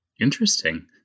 Interesting